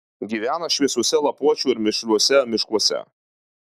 gyvena šviesiuose lapuočių ir mišriuosiuose miškuose